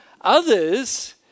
Others